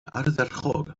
ardderchog